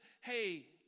hey